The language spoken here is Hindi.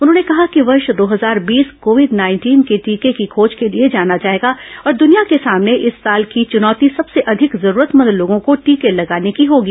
उन्होंने कहा कि वर्ष दो हजार बीस कोविड नाइटीन के टीके की खोज के लिए जाना जायेगा और दुनिया के सामने इस साल की चुनौती सबसे अधिक जरूरतमंद लोगों को टीके लगाने की होगी